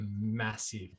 massive